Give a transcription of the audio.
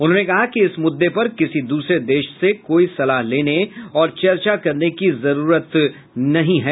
उन्होंने कहा कि इस मुद्दे पर किसी दूसरे देश से कोई सलाह लेने और चर्चा करने की जरूरत नहीं है